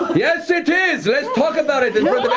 yes it is! let's talk about it